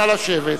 נא לשבת.